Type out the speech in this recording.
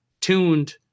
tuned